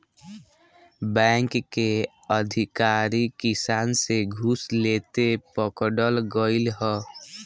bank के अधिकारी किसान से घूस लेते पकड़ल गइल ह